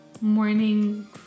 morning